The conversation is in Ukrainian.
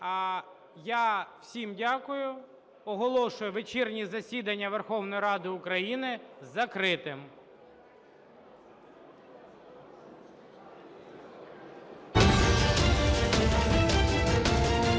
Я всім дякую. Оголошую вечірнє засідання Верховної Ради України закритим.